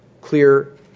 clear